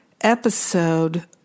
episode